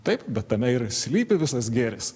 taip bet tame ir slypi visas gėris